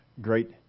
great